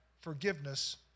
forgiveness